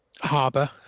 harbour